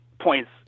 points